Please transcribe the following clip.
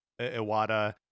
Iwata